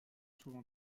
souvent